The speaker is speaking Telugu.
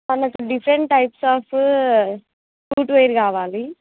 నాకు డిఫరెంట్ టైప్స్ ఆఫ్ ఫుట్వేర్ కావాలి